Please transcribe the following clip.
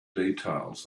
details